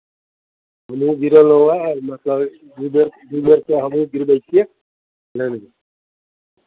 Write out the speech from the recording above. हमहूँ गिरयलहुँ हेँ मतलब दू बेर दू बेरसँ हमहूँ गिरबै छियै नहि नहि